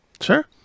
sure